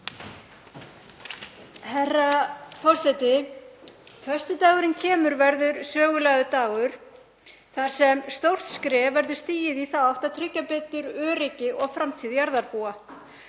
Herra forseti. Föstudagurinn kemur verður sögulegur dagur þar sem stórt skref verður stigið í þá átt að tryggja betur öryggi og framtíð jarðarbúa.